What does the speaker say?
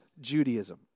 Judaism